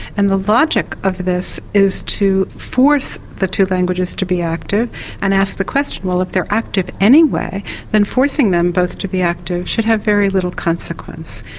and the logic of this is to force the two languages to be active and ask the question, well if they're active anyway then forcing them both to be active should have very little consequence.